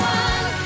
one